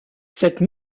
cette